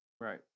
Right